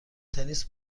تنیس